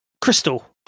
Crystal